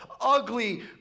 ugly